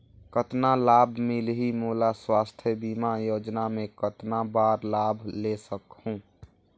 कतना लाभ मिलही मोला? स्वास्थ बीमा योजना मे कतना बार लाभ ले सकहूँ?